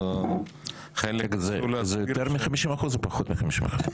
אז חלק זה --- זה יותר מ-50% או פחות מ-50%?